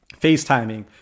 FaceTiming